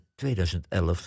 2011